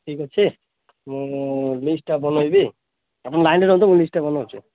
ଠିକ୍ ଅଛି ମୁଁ ଲିଷ୍ଟ୍ଟା ବନାଇବି ଆପଣ ଲାଇନ୍ରେ ରୁହନ୍ତୁ ମୁଁ ଲିଷ୍ଟଟା ବନାଉଛି